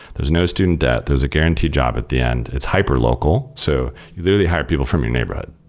there's no student debt. there's a guaranteed job at the end. its hyper-local, so we literally hired people from your neighborhood.